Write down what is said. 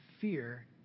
fear